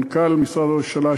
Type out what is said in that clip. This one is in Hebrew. מנכ"ל משרד ראש הממשלה,